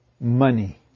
money